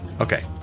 Okay